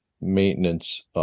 maintenance